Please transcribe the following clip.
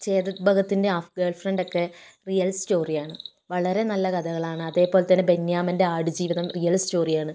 ചേതൻ ഭഗത്തിൻ്റെ half girlfriend ഒക്കെ real സ്റ്റോറിയാണ് വളരെ നല്ല കഥകളാണ് അതേപോലെ ബെന്യാമിൻ്റെ ആടു ജീവിതം റിയൽ സ്റ്റോറിയാണ്